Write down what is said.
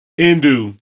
Indu